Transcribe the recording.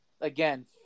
again